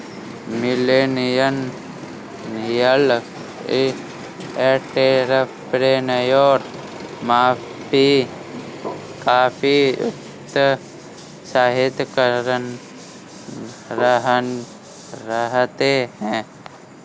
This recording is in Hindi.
मिलेनियल एंटेरप्रेन्योर काफी उत्साहित रहते हैं